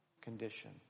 condition